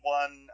one